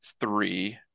three